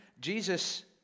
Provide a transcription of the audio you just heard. Jesus